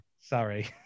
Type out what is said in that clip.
sorry